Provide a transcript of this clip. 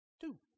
Two